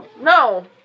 No